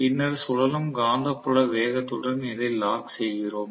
பின்னர் சுழலும் காந்தப்புல வேகத்துடன் இதை லாக் செய்கிறோம்